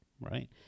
right